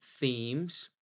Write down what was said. themes